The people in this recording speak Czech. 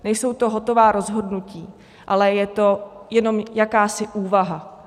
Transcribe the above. Nejsou to hotová rozhodnutí, ale je to jenom jakási úvaha.